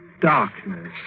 darkness